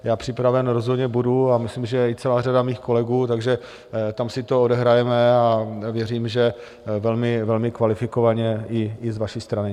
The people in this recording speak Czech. Já připraven rozhodně budu a myslím, že i celá řada mých kolegů, takže tam si to odehrajeme a věřím, že velmi kvalifikovaně i z vaší strany.